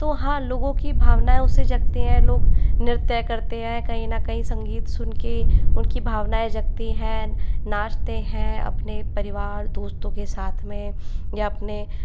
तो हाँ लोगों की भावनाएं उससे जगती हैं लोग नृत्य करते हैं कहीं ना कहीं संगीत सुन के उनकी भावनाएं जगती हैं नाचते हैं अपने परिवार दोस्तों के साथ में या अपने